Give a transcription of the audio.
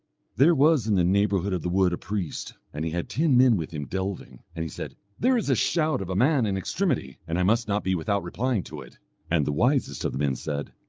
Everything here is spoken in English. there was in the neighbourhood of the wood a priest, and he had ten men with him delving, and he said, there is a shout of a man in extremity and i must not be without replying to it and the wisest of the men said,